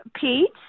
pete